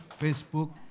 Facebook